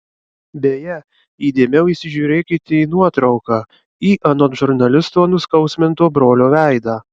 beje įdėmiau įsižiūrėkite į nuotrauką į anot žurnalisto nuskausminto brolio veidą